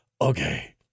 Okay